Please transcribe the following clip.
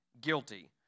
guilty